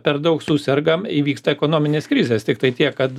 per daug susergam įvyksta ekonominės krizės tiktai tiek kad